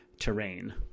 terrain